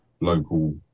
local